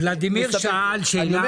ולדימיר שאל שאלה אחרת.